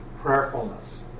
prayerfulness